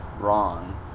wrong